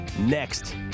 Next